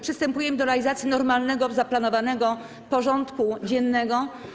Przystępujemy do realizacji normalnego, zaplanowanego porządku dziennego.